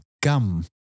gum